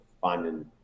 finding